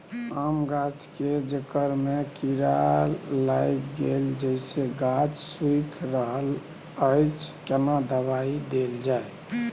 आम गाछ के जेकर में कीरा लाईग गेल जेसे गाछ सुइख रहल अएछ केना दवाई देल जाए?